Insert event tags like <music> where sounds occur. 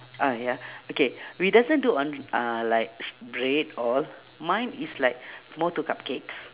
ah ya <breath> k <breath> we doesn't do on uh like bread all mine is like more to cupcakes